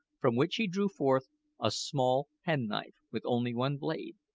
from which he drew forth a small penknife with only one blade,